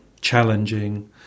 challenging